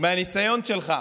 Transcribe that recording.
מהניסיון שלך,